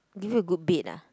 give you a good bed ah